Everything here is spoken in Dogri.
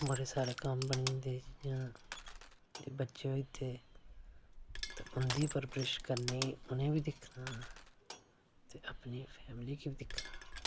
बड़े सारे कम्म बनी जंदे जियां बच्चे होई जंदे ते उंदी परवरिश करनी उनेंगी बी दिक्खना ते अपनी फैमिली गी बी दिक्खना